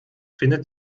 findet